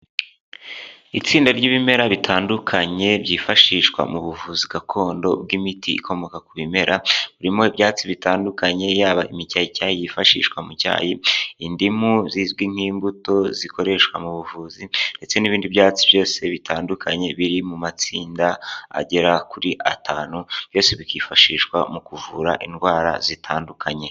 Itsinda ry'ibimera bitandukanye byifashishwa mu buvuzi gakondo bw'imiti ikomoka ku bimera, burimo ibyatsi bitandukanye, yaba imicyayicyayi yifashishwa mu cyayi, indimu zizwi nk'imbuto zikoreshwa mu buvuzi ndetse n'ibindi byatsi byose bitandukanye biri mu matsinda agera kuri atanu, byose bikifashishwa mu kuvura indwara zitandukanye.